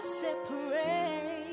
separate